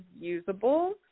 usable